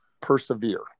persevere